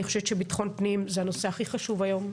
אני חושבת שביטחון פנים זה הנושא הכי חשוב היום.